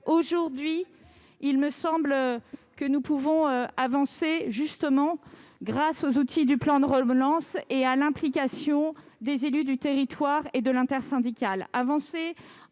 Aujourd'hui, il me semble que nous pouvons avancer justement grâce aux outils du plan de relance et à l'implication des élus du territoire et de l'intersyndicale,